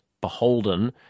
beholden